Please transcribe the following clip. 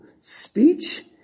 speech